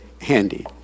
handy